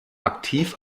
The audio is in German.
aktiv